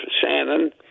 Shannon